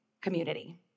community